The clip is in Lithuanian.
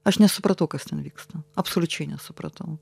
aš nesupratau kas ten vyksta absoliučiai nesupratau